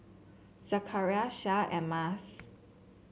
Zakaria Shah and Mas